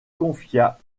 confia